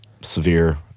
severe